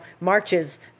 marches